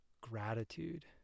gratitude